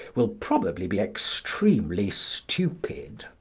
will probably be extremely stupid.